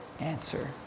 answer